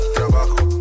Trabajo